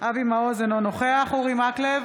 אבי מעוז, אינו נוכח אורי מקלב,